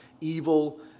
evil